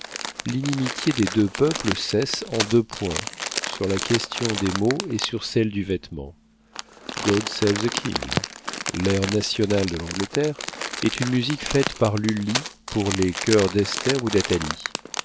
l'inimitié des deux peuples cesse en deux points sur la question des mots et sur celle du vêtement god save the king l'air national de l'angleterre est une musique faite par lulli pour les choeurs d'esther ou d'athalie